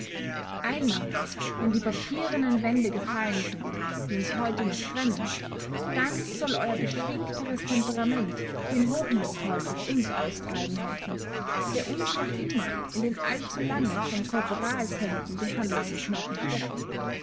einmal wenn die papierenen wände gefallen sind die uns heute noch trennen dann soll euer beschwingteres temperament den hochmutsteufel uns austreiben helfen der uns noch immer in den allzu lange von korporalshänden behandelten knochen steckt